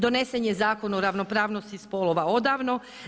Donesen je Zakon o ravnopravnosti spolova odavno.